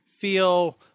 feel